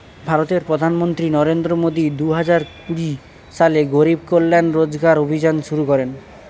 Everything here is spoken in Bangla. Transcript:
ভারতের প্রধানমন্ত্রী নরেন্দ্র মোদি দুহাজার কুড়ি সালে গরিব কল্যাণ রোজগার অভিযান শুরু করেন